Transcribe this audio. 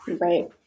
Right